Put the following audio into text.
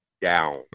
down